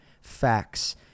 facts